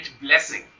blessing